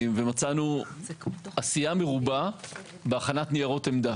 ומצאנו עשייה מרובה בהכנת ניירות עמדה.